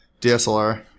DSLR